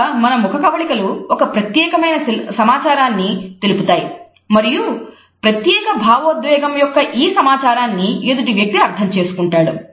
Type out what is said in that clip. ప్రధానంగా మన ముఖకవళికలు ఒక ప్రత్యేకమైన సమాచారాన్ని తెలుపుతాయి మరియు ప్రత్యేక భావోద్వేగం యొక్క ఈ సమాచారాన్ని ఎదుటి వ్యక్తి అర్థం చేసుకుంటాడు